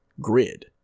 Grid